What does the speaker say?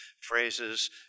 phrases